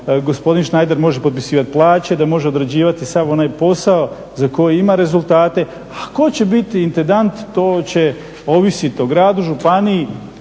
gospodin Šnajder može potpisivati plaće, da može odrađivati sav onaj posao za koji ima rezultate, a tko će biti intendant, tko će ovisiti o gradu,